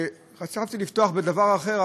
חשבתי לפתוח בדבר אחר,